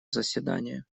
заседание